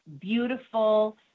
beautiful